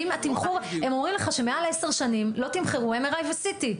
הם אומרים לך שמעל עשר שנים לא תמחרו MRI ו-CT.